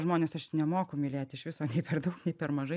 žmonės aš nemoku mylėti iš viso nei per daug nei per mažai